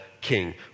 king